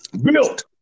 Built